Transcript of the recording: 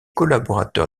collaborateur